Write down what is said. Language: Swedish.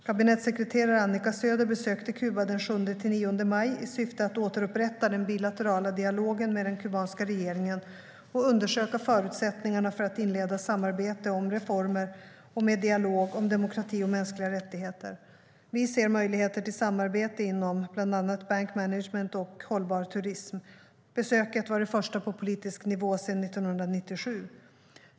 Kabinettssekreterare Annika Söder besökte Kuba den 7-9 maj i syfte att återupprätta den bilaterala dialogen med den kubanska regeringen och undersöka förutsättningarna för att inleda samarbete om reformer med en dialog om demokrati och mänskliga rättigheter. Vi ser möjligheter till samarbete inom bland annat bankmanagement och hållbar turism. Besöket var det första på politisk nivå sedan 1997.